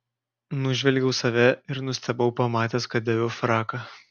nužvelgiau save ir nustebau pamatęs kad dėviu fraką